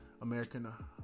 American